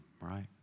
right